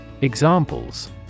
Examples